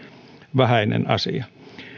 vähäinen asia